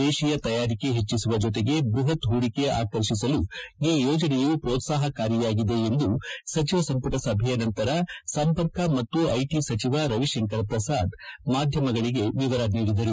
ದೇತೀಯ ತಯಾರಿಕೆ ಹೆಚ್ಚಿಸುವ ಜೊತೆಗೆ ಬ್ಬಹತ್ ಹೂಡಿಕೆ ಆಕರ್ಷಿಸಲು ಈ ಯೋಜನೆಯು ಪ್ರೋತ್ಸಾಹಕಾರಿಯಾಗಿದೆ ಎಂದು ಸಚಿವ ಸಂಪುಟ ಸಭೆಯ ನಂತರ ಸಂಪರ್ಕ ಮತ್ತು ಐಟಿ ಸಚಿವ ರವಿಶಂಕರ ಪ್ರಸಾದ್ ಮಾಧ್ಯಮಗಳಿಗೆ ವಿವರ ನೀಡಿದರು